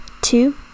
two